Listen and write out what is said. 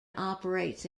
operates